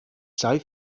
sei